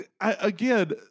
Again